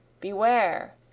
beware